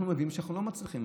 אנחנו מבינים שאנחנו לא מצליחים,